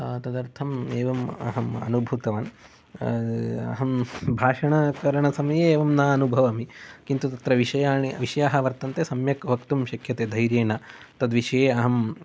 तदर्थम् एवम् अहम् अनुभूतवान् अहं भाषणकरणसमये एवं न अनुभवामि किन्तु तत्र विषयानि विषयाः वर्तन्ते सम्यक् वक्तुं शक्यते धैर्येन तद्विषये अहं